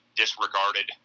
disregarded